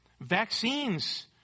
Vaccines